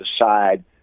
decide